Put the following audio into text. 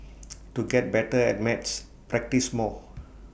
to get better at maths practise more